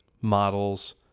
models